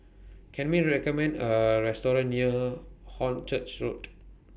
Can YOU recommend A Restaurant near Hornchurch Road